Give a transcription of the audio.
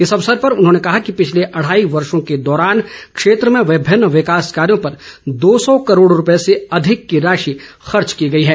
इस अवसर पर उन्होंने कहा कि पिछले अढ़ाई वर्षो के दौरान क्षेत्र में विभिन्न विकास कार्यो पर दो सौ करोड़ रुपये से अधिक की राशि खर्च की गई है